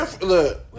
Look